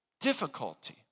difficulty